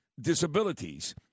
disabilities